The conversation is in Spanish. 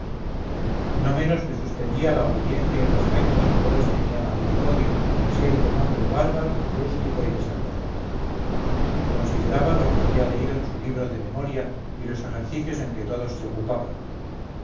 no menos le suspendía la obediencia y respecto que todos tenían a monipodio siendo un hombre bárbaro rústico y desalmado consideraba lo que había leído en su libro de memoria y los ejercicios en que todos se ocupaban